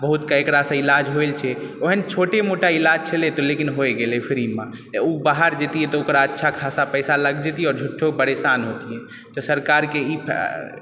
बहुत के एकरा सं इलाज होए छै ओहन छोटा मोटा इलाज छै लेकिन होइ गेलै फ्री मे ओ बाहर जैतिए तऽ ओकरा अच्छा खासा पैसा लागि जैतिए आओर झूठो परेशान होतिए तऽ सरकार के ई